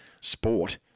sport